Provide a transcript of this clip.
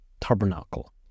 tabernacle